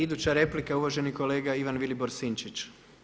Iduća replika uvaženi kolega Ivan Vilibor Sinčić.